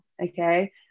okay